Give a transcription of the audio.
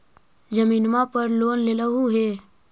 जमीनवा पर लोन लेलहु हे?